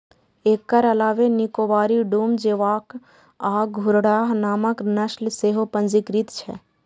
एकर अलावे निकोबारी, डूम, जोवॉक आ घुर्राह नामक नस्ल सेहो पंजीकृत छै